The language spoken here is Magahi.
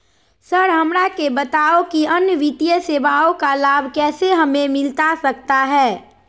सर हमरा के बताओ कि अन्य वित्तीय सेवाओं का लाभ कैसे हमें मिलता सकता है?